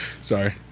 Sorry